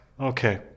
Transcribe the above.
Okay